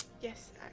Yes